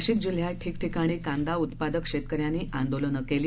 नाशिक जिल्ह्यात ठीकठिकाणी कांदा उतपादक शेतकऱ्यांनी आंदोलन केली